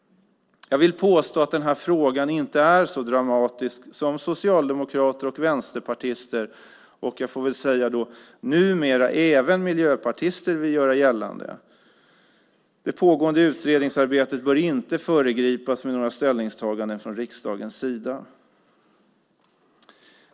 Jag vill påstå att den här frågan inte är så dramatisk som socialdemokrater, vänsterpartister och numera även miljöpartister vill göra gällande. Det pågående utredningsarbetet bör inte föregripas med några ställningstaganden från riksdagens sida.